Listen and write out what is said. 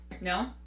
No